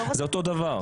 זה אותו דבר.